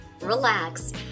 relax